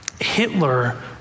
Hitler